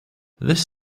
this